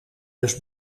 dus